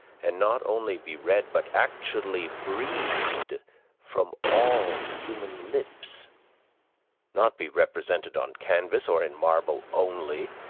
and not only be read but actually breathed from all human lips not be represented on canvas or in marble only,